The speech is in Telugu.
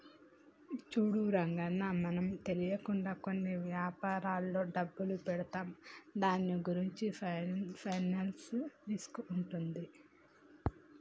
చూడు రంగన్న మనమే తెలియకుండా కొన్ని వ్యాపారంలో డబ్బులు పెడితే దాని గురించి ఫైనాన్షియల్ రిస్క్ ఉంటుంది